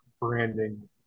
branding